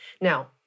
now